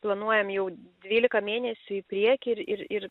planuojam jau dvylika mėnesių į priekį ir ir ir